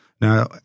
Now